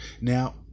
Now